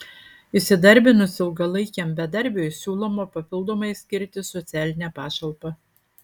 įsidarbinus ilgalaikiam bedarbiui siūloma papildomai skirti socialinę pašalpą